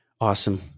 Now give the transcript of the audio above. Awesome